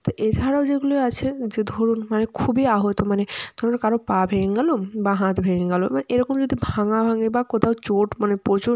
তো এছাড়াও যেগুলো আছে যে ধরুন মানে খুবই আহত মানে ধরুন কারও পা ভেঙে গেলো বা হাত ভেঙে গেলো বা এরকম যদি ভাঙাভাঙি বা কোথাও চোট মানে প্রচুর